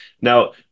now